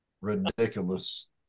Ridiculous